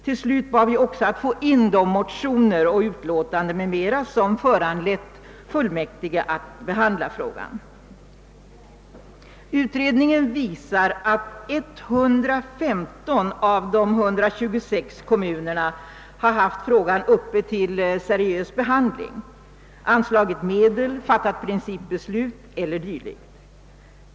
Till sist bad vi också att få in de motioner och utlåtanden m.m. som föranlett fullmäktige att behandla frågan. Utredningen visar att 115 av de 126 kommunerna har haft frågan uppe till seriös behandling, anslagit medel, fattat principbeslut eller dylikt.